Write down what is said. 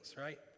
right